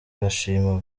arashima